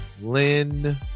Lynn